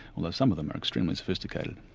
although some of them are extremely sophisticated.